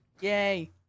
Yay